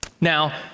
Now